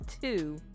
two